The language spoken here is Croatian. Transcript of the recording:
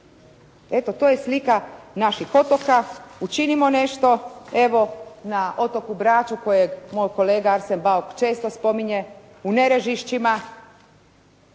Evo to je slika naših otoka. Učinimo nešto. Evo na otoku Braču kojeg moj kolega Arsen Bauk često spominje, u Nerežišćima,